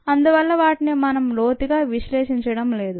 అందువల్ల వాటిని మనం లోతుగా విశ్లేషించడంలేదు